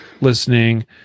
listening